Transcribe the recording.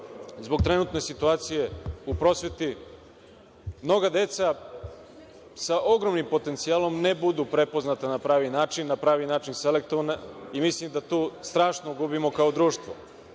zbog trenutne situacije u prosveti mnoga deca sa ogromnim potencijalom ne budu prepoznata na pravi način, na pravi način selektovana i mislim da tu strašno gubimo kao društvo.